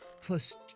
plus